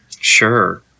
Sure